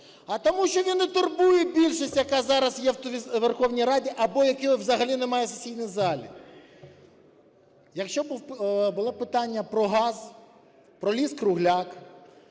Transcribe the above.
а тому, що він не турбує більшість, яка зараз є у Верховній Раді або якої взагалі немає в сесійній залі. Якщо б було питання про газ, про ліс-кругляк,